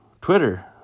Twitter